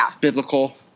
biblical